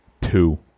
Two